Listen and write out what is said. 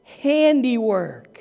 handiwork